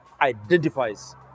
identifies